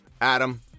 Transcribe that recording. adam